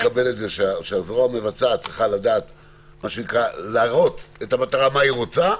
אני מקבל את זה שהזרוע המבצעת צריכה להראות את המטרה שהיא רוצה,